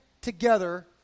together